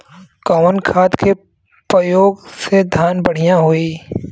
कवन खाद के पयोग से धान बढ़िया होई?